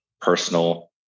personal